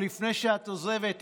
לפני שאת עוזבת,